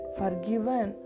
forgiven